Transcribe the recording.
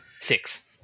Six